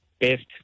best